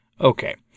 Okay